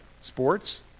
Sports